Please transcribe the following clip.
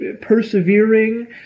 persevering